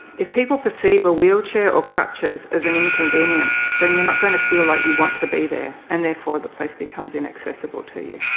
if people perceive a wheelchair or crutches as an inconvenience, then you're not going to feel like you want to be there and therefore the place becomes inaccessible to you.